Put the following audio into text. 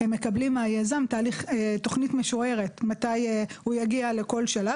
הם מקבלים מהיזם תוכנית משוערת מתי הוא יגיע לכל שלב,